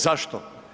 Zašto?